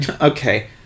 Okay